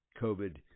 COVID